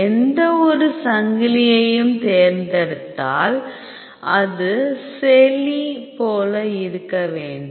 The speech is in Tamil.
எந்த ஒரு சங்கிலியையும் தேர்ந்தெடுத்தால் அது செலீ போல இருக்க வேண்டும்